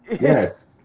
Yes